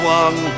one